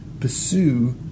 pursue